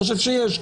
אני חושב שיש.